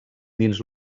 dins